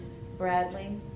Bradley